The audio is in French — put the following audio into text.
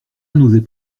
n’osait